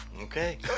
Okay